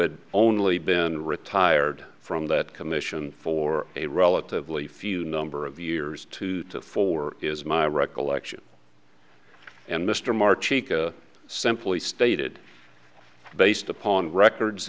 had only been retired from that commission for a relatively few number of years two to four is my recollection and mr maher cica simply stated based upon records